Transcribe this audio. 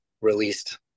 released